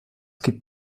gibt